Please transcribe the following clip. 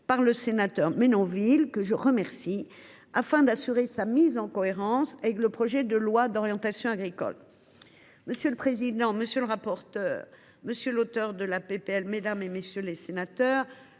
par le sénateur Franck Menonville, que je remercie également, afin d’assurer sa mise en cohérence avec le projet de loi d’orientation agricole. Monsieur le président, monsieur le rapporteur, monsieur l’auteur de la proposition de loi, mesdames, messieurs les sénateurs,